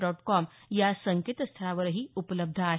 dot com या संकेतस्थळावरही उपलब्ध आहे